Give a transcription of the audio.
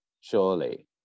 surely